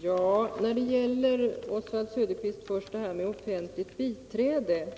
Herr talman! När det gäller detta med offentligt biträde, Oswald Söderqvist,